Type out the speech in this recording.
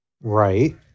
right